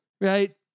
Right